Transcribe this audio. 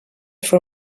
for